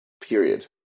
period